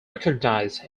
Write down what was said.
recognized